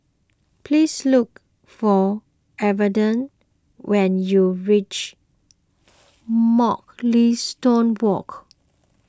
please look for Evander when you reach Mugliston Walk